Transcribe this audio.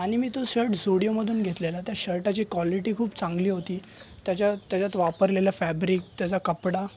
आणि मी तो शर्ट झोडियोमधून घेतलेला त्या शर्टाची क्वालिटी खूप चांगली होती त्याच्या त्याच्यात वापरलेले फॅब्रिक त्याचा कपडा